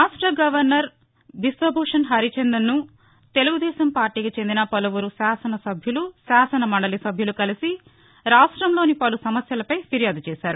రాష్ట గవర్నర్ బిశ్వభూషణ్ హరిచందన్ను తెలుగుదేశం పార్టీకి చెందిన పలువురు శాసన సభ్యులు శాసన మండలి సభ్యులు కలిసి రాష్టంలోని పలు సమస్యలపై ఫిర్యాదు చేశారు